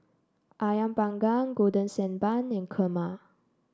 ayam Panggang Golden Sand Bun and Kurma